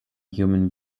human